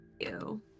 Ew